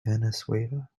venezuela